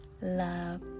love